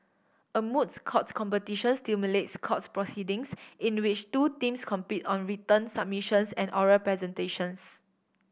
a moots courts competition simulates courts proceedings in a which two teams compete on written submissions and oral presentations